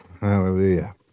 Hallelujah